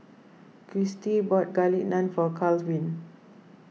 Christie bought Garlic Naan for Kalvin